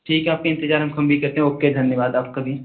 ठीक है आपका इंतज़ार हम हम भी करते हैं ओके धन्यवाद आपका भी